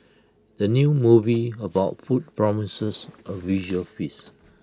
the new movie about food promises A visual feast